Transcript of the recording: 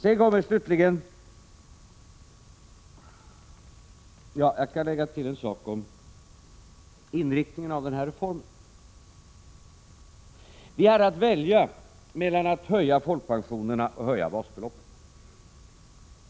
Jag skall tillägga en sak beträffande inriktningen av denna reform. Vi hade att välja mellan att höja folkpensionerna och att höja basbeloppet.